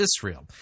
Israel